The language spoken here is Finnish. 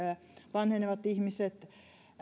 vanhenevat ihmiset